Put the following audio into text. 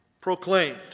proclaimed